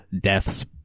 deaths